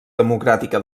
democràtica